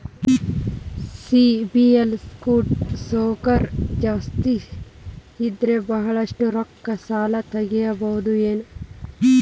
CIBIL score ಜಾಸ್ತಿ ಇದ್ರ ಬಹಳಷ್ಟು ರೊಕ್ಕ ಸಾಲ ತಗೋಬಹುದು ಏನ್ರಿ?